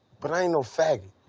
but i ain't no faggot.